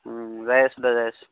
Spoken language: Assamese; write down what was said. যাই আছোঁ দে যাই আছোঁ